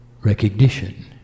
recognition